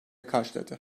karşıladı